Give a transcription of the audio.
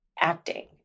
acting